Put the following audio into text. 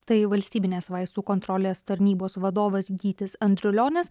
tai valstybinės vaistų kontrolės tarnybos vadovas gytis andrulionis